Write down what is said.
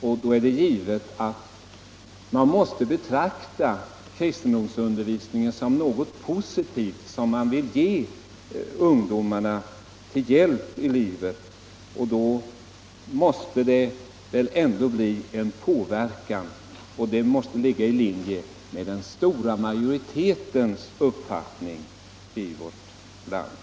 Om ämnet Då måste alla dessa människor betrakta kristendomsundervisningen som = religionskunskap i något positivt som de vill ge ungdomarna till hjälp i livet. Och då måste — grundskolan det väl ändå bli en påverkan. Detta måste ligga i linje med uppfattningen hos den stora majoriteten av människorna i vårt land.